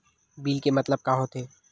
Bill के मतलब का होथे?